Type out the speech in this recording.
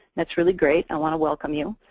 that's really great i want to welcome you.